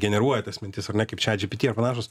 generuoja tas mintis ar ne kaip chatgpt ar panašūs